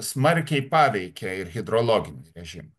smarkiai paveikė ir hidrologinį režimą